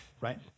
right